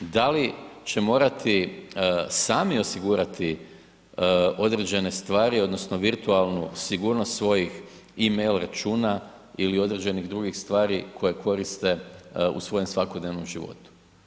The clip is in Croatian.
Da li će morati sam osigurati određene stvari, odnosno virtualnu sigurnost svojih e-mail računa ili određenih drugih stvari koje koriste u svojem svakodnevnom životu.